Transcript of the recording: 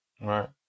right